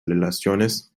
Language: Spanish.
relaciones